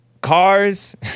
cars